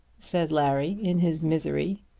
said larry in his misery.